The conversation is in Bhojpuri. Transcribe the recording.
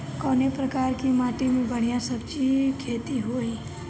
कवने प्रकार की माटी में बढ़िया सब्जी खेती हुई?